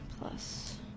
plus